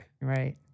Right